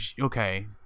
okay